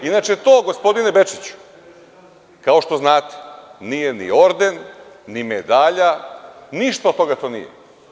Inače to gospodine Bečiću, kao što znate nije ni orden, ni medalja, ništa od toga to nije.